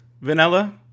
vanilla